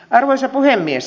arvoisa puhemies